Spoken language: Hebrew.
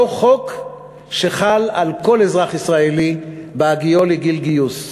אותו חוק שחל על כל אזרח ישראלי בהגיעו לגיל גיוס,